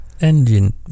engine